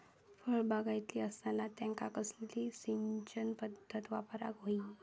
फळबागायती असता त्यांका कसली सिंचन पदधत वापराक होई?